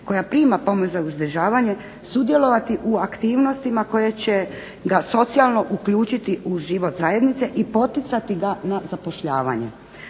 koja prima pomoć za uzdržavanja sudjelovati u aktivnostima koje će ga socijalno uključiti u život zajednice i poticati ga na zapošljavanje.